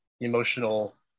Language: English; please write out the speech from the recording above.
emotional